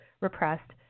repressed